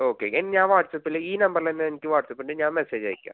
okay okay ഞാൻ വാട്സപ്പിൽ ഈ നമ്പറിലന്നെനിക്ക് വാട്സപ്പൊണ്ട് ഞാൻ മെസ്സേജയ്ക്കാം